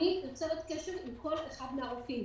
אני יוצרת קשר עם כל אחד מהרופאים.